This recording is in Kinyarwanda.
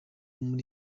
muri